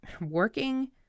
working